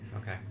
Okay